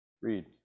read